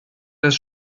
das